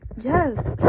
yes